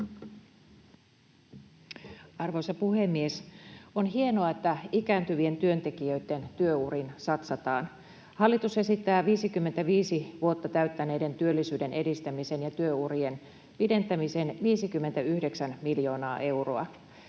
Arvoisa puhemies! On hienoa, että ikääntyvien työntekijöitten työuriin satsataan: hallitus esittää 55 vuotta täyttäneiden työllisyyden edistämiseen ja työurien pidentämiseen 59 miljoonaa euroa.